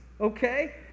Okay